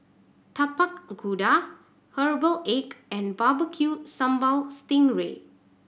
Tapak Kuda herbal egg and barbeque sambal sting ray